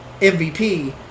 MVP